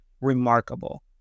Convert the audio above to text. remarkable